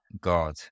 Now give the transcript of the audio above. God